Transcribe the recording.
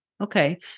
Okay